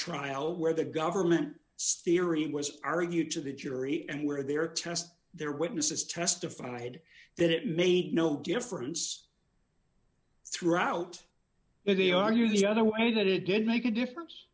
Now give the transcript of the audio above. trial where the government steering was argued to the jury and where their test their witnesses testified that it made no difference throughout if they argue the other way that it did make a difference